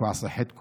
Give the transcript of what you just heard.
ואני מאחל החלמה